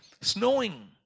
snowing